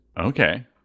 okay